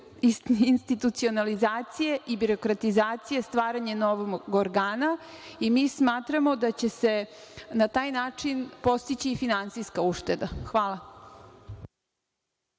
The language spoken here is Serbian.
institucionalizacije i birokratizacije, stvaranjem novog organa. Mi smatramo da će se na taj način postići i finansijska ušteda. Hvala.